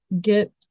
get